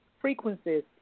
frequencies